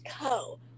Co